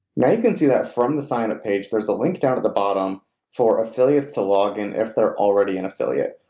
now you can see that from the sign up page there's a link down at the bottom for affiliates to log in if they're already an affiliate,